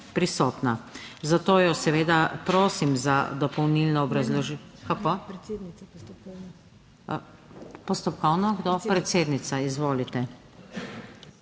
prisotna, zato jo seveda prosim za dopolnilno obrazložitev. Postopkovno, kdo? Predsednica, izvolite.